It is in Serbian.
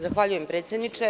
Zahvaljujem predsedniče.